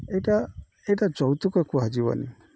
ଏଇଟା ଏଇଟା ଯୌତୁକ କୁହାଯିବନି